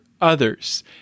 others